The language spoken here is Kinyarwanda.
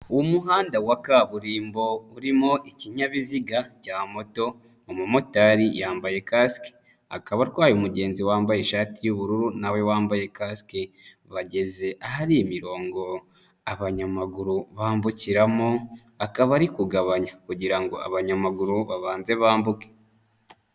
Umuhanda wa kaburimbo urimo ikinyabiziga cya moto, umumotari yambaye kasike akaba atwaye umugenzi wambaye ishati y'ubururu na we wambaye kasike, bageze ahari imirongo abanyamaguru bambukiramo akaba ari kugabanya kugira ngo abanyamaguru babanze bambuke.